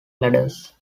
ladders